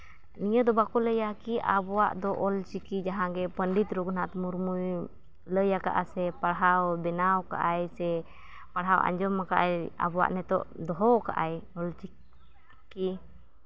ᱱᱤᱭᱟᱹ ᱫᱚ ᱵᱟᱠᱚ ᱞᱟᱹᱭᱟ ᱠᱤ ᱟᱵᱚᱣᱟᱜ ᱫᱚ ᱚᱞ ᱪᱤᱠᱤ ᱡᱟᱦᱟᱸ ᱜᱮ ᱯᱚᱱᱰᱤᱛ ᱨᱚᱜᱷᱩᱱᱟᱛᱷ ᱢᱩᱨᱢᱩᱭ ᱞᱟᱹᱭ ᱟᱠᱟᱫᱼᱟ ᱥᱮ ᱯᱟᱲᱦᱟᱣ ᱵᱮᱱᱟᱣ ᱟᱠᱟᱫ ᱟᱭ ᱥᱮ ᱯᱟᱲᱦᱟᱣ ᱟᱸᱡᱚᱢ ᱟᱠᱟᱫ ᱟᱭ ᱟᱵᱚᱣᱟᱜ ᱱᱤᱛᱚᱜ ᱫᱚᱦᱚ ᱟᱠᱟᱫ ᱟᱭ ᱚᱞ ᱪᱤᱠᱤ